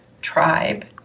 tribe